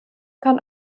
kann